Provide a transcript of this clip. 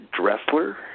Dressler